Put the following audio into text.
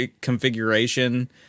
configuration